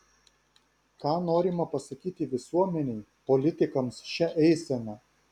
ką norima pasakyti visuomenei politikams šia eisena